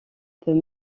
peut